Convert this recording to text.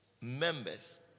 members